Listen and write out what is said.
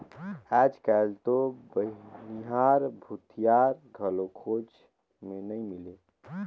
आयज कायल तो बनिहार, भूथियार घलो खोज मे नइ मिलें